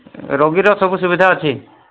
ରୋଗୀର ସବୁ ସୁବିଧା ଅଛି